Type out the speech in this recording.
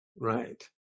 right